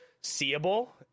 seeable